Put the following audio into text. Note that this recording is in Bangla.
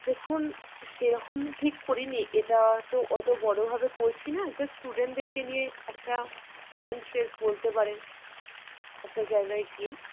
দেখুন সেরকম ঠিক করি নি এটা অতো বড়োভাবে করছি না জাস্ট স্টুডেন্টদেরকে নিয়ে একটা মাইন্ড ফ্রেস বলতে পারেন একটা জায়গায় গিয়ে